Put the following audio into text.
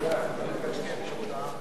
צורח מהחדר שלי.